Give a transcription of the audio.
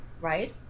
right